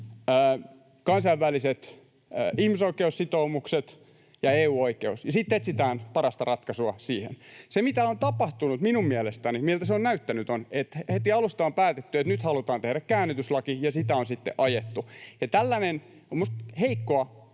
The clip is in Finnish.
kansainväliset ihmisoikeussitoumukset ja EU-oikeus ja sitten etsitään parasta ratkaisua siihen. Se, mitä on tapahtunut minun mielestäni, miltä se on näyttänyt, on, että heti alusta on päätetty, että nyt halutaan tehdä käännytyslaki, ja sitä on sitten ajettu. Ja tällainen on minusta heikkoa